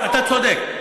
אתה צודק.